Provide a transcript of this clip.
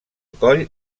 coll